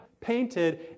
painted